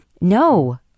No